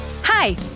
Hi